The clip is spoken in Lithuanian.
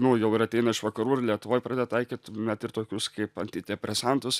nu jau ir ateina iš vakarų ir lietuvoj pradeda taikyt net ir tokius kaip antidepresantus